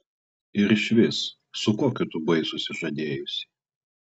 ir išvis su kokiu tu buvai susižadėjusi